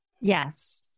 Yes